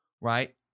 right